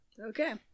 Okay